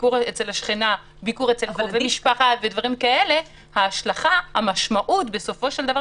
זאת הייתה המשמעות.